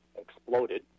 exploded